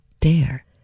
dare